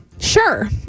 Sure